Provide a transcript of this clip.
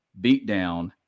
beatdown